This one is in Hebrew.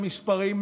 למספרים,